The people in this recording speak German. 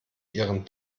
ihren